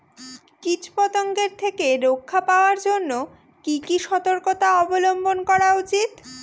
কীটপতঙ্গ থেকে রক্ষা পাওয়ার জন্য কি কি সর্তকতা অবলম্বন করা উচিৎ?